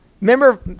Remember